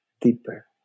deeper